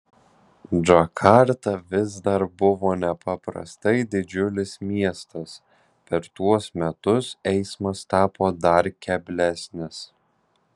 džakarta vis dar buvo nepaprastai didžiulis miestas per tuos metus eismas tapo dar keblesnis